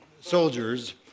soldiers